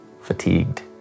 fatigued